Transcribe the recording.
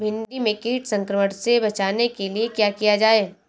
भिंडी में कीट संक्रमण से बचाने के लिए क्या किया जाए?